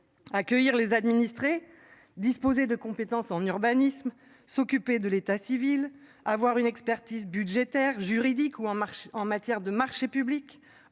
Accueillir les administrés disposer de compétences en urbanisme, s'occuper de l'état civil. Avoir une expertise budgétaire, juridique ou en marche en matière de marchés publics.